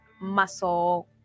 muscle